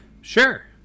sure